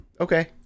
Okay